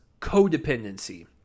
codependency